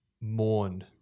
mourn